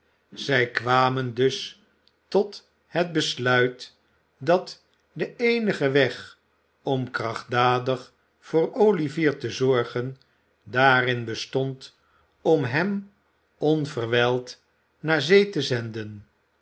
zij kwamen dus tot het besluit dat de eenige weg om krachtdadig voor olivier te zorgen daarin bestond om hem onverwijld naar zee té zenden